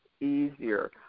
easier